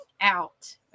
out